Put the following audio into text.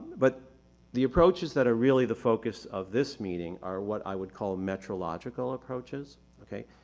but the approaches that are really the focus of this meeting are what i would call metrological approaches, okay.